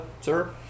sir